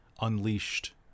unleashed